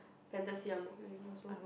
fantasy I'm okay with also